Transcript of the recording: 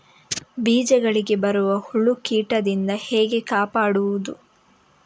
ಬೀಜಗಳಿಗೆ ಬರುವ ಹುಳ, ಕೀಟದಿಂದ ಹೇಗೆ ಕಾಪಾಡುವುದು?